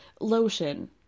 lotion